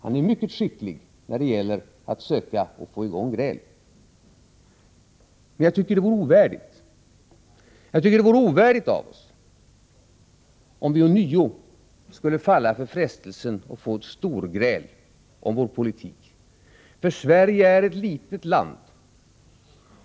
Han är mycket skicklig när det gäller att söka och få i gång gräl. Men jag tycker att det vore ovärdigt av oss om vi ånyo skulle falla för frestelsen att sätta i gång ett storgräl om vår politik. Sverige är nämligen ett litet land.